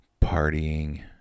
partying